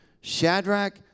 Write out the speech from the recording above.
Shadrach